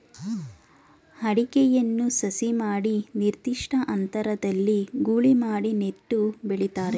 ಅಡಿಕೆಯನ್ನು ಸಸಿ ಮಾಡಿ ನಿರ್ದಿಷ್ಟ ಅಂತರದಲ್ಲಿ ಗೂಳಿ ಮಾಡಿ ನೆಟ್ಟು ಬೆಳಿತಾರೆ